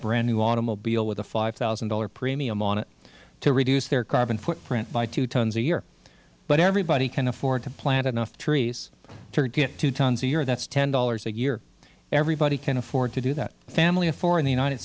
brand new automobile with a five thousand dollars premium on it to reduce their carbon footprint by two tons a year but everybody can afford to plant enough trees to get two tons a year that's ten dollars a year everybody can afford to do that a family of four in the united